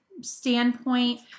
standpoint